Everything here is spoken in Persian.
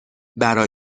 برا